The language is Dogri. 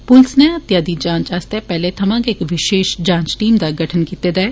पुलस नै हत्या दी जांच आस्तै पैहले थमां गै इक विशेष जांच टीम दा गठन कीते दा ऐ